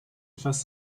etwas